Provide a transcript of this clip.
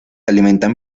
alimentan